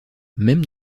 même